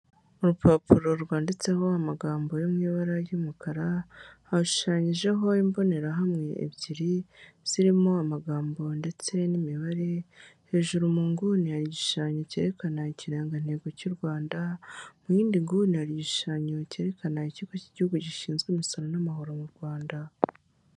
Urupapuro rwanditseho amagambo yo mu ibara ry'umukara hashushanyijeho imbonerahamwe ebyiri zirimo amagambo ndetse n'imibare, hejuru munguni igishushanyo cyerekana ikirangantego cy'u Rwanda mu yindi nguni hari igishushanyo cyerekana ikigo cy'igihugu gishinzwe imisoro n'amahoro mu Rwanda.